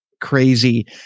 crazy